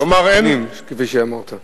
380, כפי שאמרת,